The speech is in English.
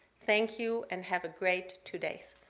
thank you and have a great two days.